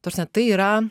ta prasme tai yra